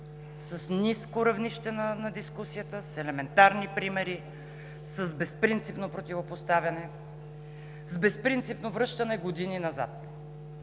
с ниско равнище на дискусията, с елементарни примери, с безпринципно противопоставяне, с безпринципно връщане години назад.